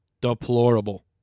Deplorable